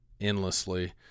endlessly